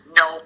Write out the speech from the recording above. no